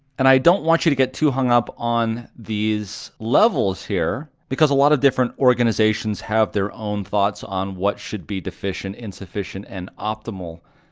and i don't want you to get too hung up on these levels here because a lot of different organizations have their own thoughts on what should be deficient, insufficient, and optimal.